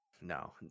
no